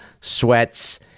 sweats